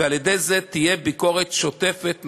ועל-ידי זה תהיה ביקורת שוטפת,